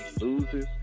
loses